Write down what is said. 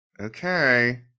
Okay